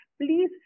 please